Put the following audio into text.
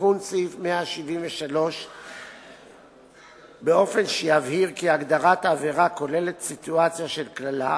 בתיקון סעיף 173 באופן שיבהיר כי הגדרת העבירה כוללת סיטואציה של קללה,